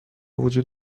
وجود